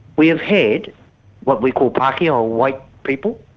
we have had what we call pakeha or white people,